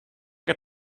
got